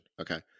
okay